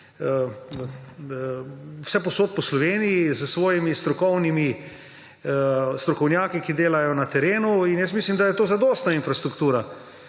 vsepovsod po Sloveniji s svojimi strokovnjaki, ki delajo na terenu, in mislim, da je to zadostna infrastruktura